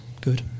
good